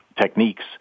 techniques